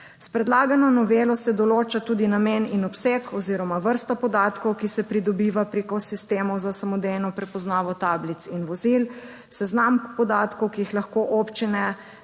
S predlagano novelo se določa tudi namen in obseg oziroma vrsta podatkov, ki se pridobiva preko sistemov za samodejno prepoznavo tablic in vozil, seznam podatkov, ki jih lahko občine in